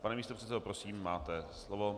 Pane místopředsedo, prosím, máte slovo.